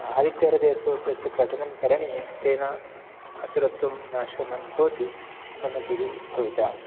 आदित्यहृदयस्तोत्रस्य पठनं करणीयं तेन असुरत्वं नाशनं भवति उन्नतिः भवति